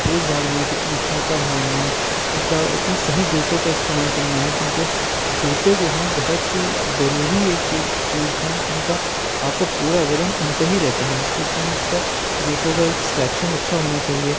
تیز بھاگنا ہے کتنا ہلکا بھاگنا ہے دوسرا اس میں صحیح جوتوں کا استعمال کرنا ہے کیونکہ جوتے جو ہیں بہت ضروری ایک چیز ہیں جن کا آپ کا پورا وزن ان پہ ہی رہتا ہے تو اس لیے اس کا جوتوں کا ایک سلیکشن اچھا ہونا چاہیے